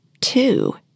two